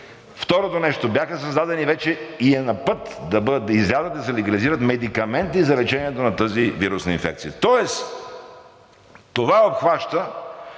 Второто нещо. Бяха създадени вече и е на път да излязат, да се легализират медикаменти за лечението на тази вирусна инфекция. Тоест това обхваща